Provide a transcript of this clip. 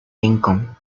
lincoln